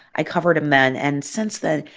i covered him then. and since then,